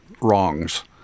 wrongs